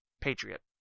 Patriot